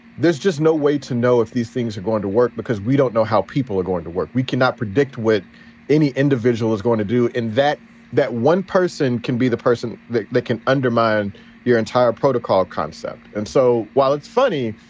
there's just no way to know if these things are going to work because we don't know how people are going to work. we cannot predict what any individual is going to do and that that one person can be the person that that can undermine your entire protocol concept. and so while it's funny,